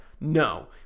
No